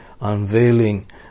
unveiling